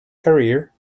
career